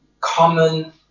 common